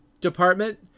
department